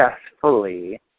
successfully